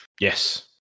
yes